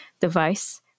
device